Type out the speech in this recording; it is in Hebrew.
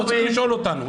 לא צריך לשאול אותנו,